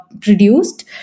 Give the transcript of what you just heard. produced